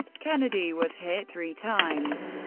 kennedy was hit three times,